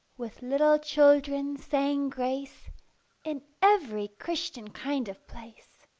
with little children saying grace in every christian kind of place.